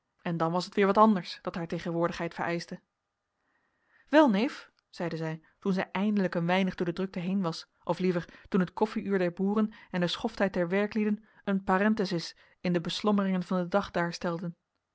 en dan was het weer wat anders dat haar tegenwoordigheid vereischte wel neef zeide zij toen zij eindelijk een weinig door de drukte heen was of liever toen het koffie-uur der boeren en de schofttijd der werklieden een parenthesis in de beslommeringen van den dag